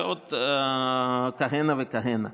ועוד כהנה וכהנה.